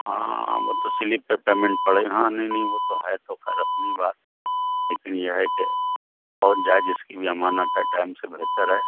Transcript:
ہاں وہ تو سلپ پے پیمینٹ پڑے ہی ہاں نہیں نہیں وہ تو ہے تو خیر اپنی بات لیکن یہ ہے کہ پہونچ جائے جس کی بھی امانت ہے ٹائم سے بہتر ہے